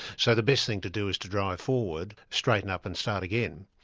so the best thing to do is to drive forward, straighten up and start again.